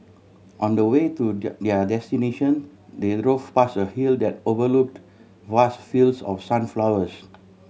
on the way to their destination they drove past a hill that overlooked vast fields of sunflowers